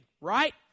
right